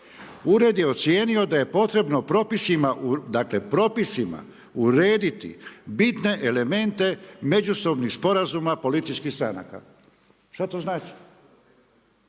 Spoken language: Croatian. ured je ocijenio da je potrebno propisima, dakle, propisima urediti bitne elemente međusobnih sporazuma političkih stranaka, šta to znači?